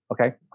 okay